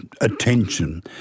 attention